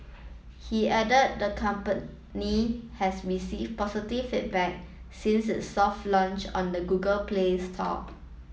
he added the company has received positive feedback since its soft launch on the Google Play Store